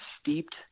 steeped